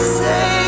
say